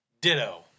Ditto